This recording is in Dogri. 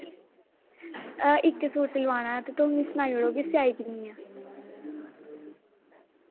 इक सूट सिलवाना ते तुस मिगी सनाई ओड़ो कि सिआई किन्नी ऐ